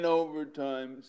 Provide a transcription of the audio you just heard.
overtime